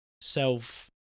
self